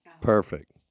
Perfect